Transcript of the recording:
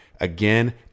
Again